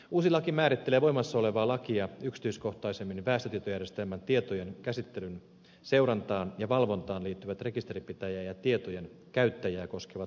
uusi laki määrittelee voimassa olevaa lakia yksityiskohtaisemmin väestötietojärjestelmän tietojen käsittelyn seurantaan ja valvontaan liittyvät rekisterinpitäjää ja tietojen käyttäjiä koskevat velvoitteet